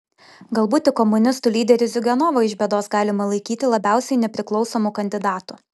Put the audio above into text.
galbūt tik komunistų lyderį ziuganovą iš bėdos galima laikyti labiausiai nepriklausomu kandidatu